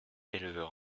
éleveur